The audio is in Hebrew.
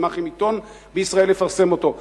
ואשמח אם עיתון בישראל יפרסם אותו.